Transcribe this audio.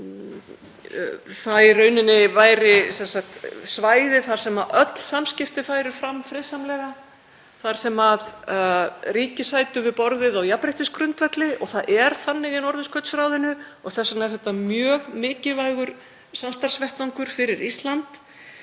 væri í rauninni svæði þar sem öll samskipti færu fram friðsamlega, þar sem ríki sætu við borðið á jafnréttisgrundvelli. Það er þannig í Norðurskautsráðinu og þess vegna er það mjög mikilvægur samstarfsvettvangur fyrir Ísland.